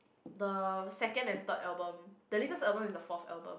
the second and third album the latest album is the fourth album